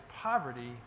poverty